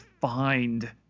find